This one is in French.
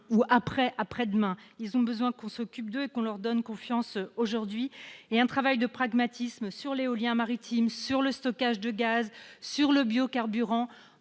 jour d'après ... Ils ont besoin qu'on s'occupe d'eux et qu'on leur donne confiance aujourd'hui. Nous avons travaillé de manière pragmatique sur l'éolien maritime, sur le stockage de gaz, sur les biocarburants.